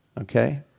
okay